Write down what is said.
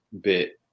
bit